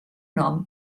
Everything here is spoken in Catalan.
nom